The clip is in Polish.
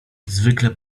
zwykle